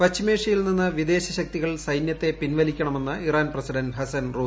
പശ്ചിമേഷ്യയിൽ നിന്ന് വിദേശ ശക്തികൾ സൈനൃത്തെ പിൻവലിക്കണമെന്ന് ഇറാൻ പ്രസിഡന്റ് ഹസ്സൻ റൂഹാനി